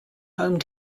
home